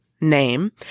name